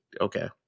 okay